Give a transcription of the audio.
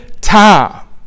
time